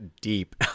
deep